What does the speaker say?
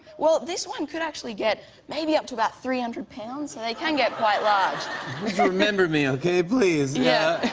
well, this one could actually get maybe up to about three hundred pounds. so and they can get quite large. please remember me, okay? please. yeah.